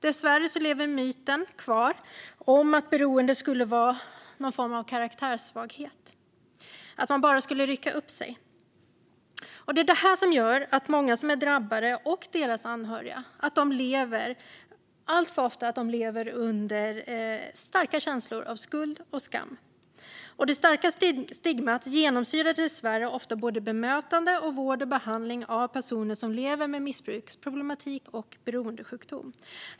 Dessvärre lever myten kvar om att beroende skulle vara ett resultat av en karaktärssvaghet och att det bara är att rycka upp sig. Det är det här som gör att många drabbade, och deras anhöriga, alltför ofta lever med starka känslor av skuld och skam. Det starka stigmat genomsyrar dessvärre ofta både bemötande och vård och behandling av personer som lever med missbruksproblematik och beroendesjukdom.